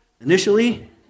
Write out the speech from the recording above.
initially